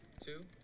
two